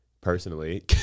personally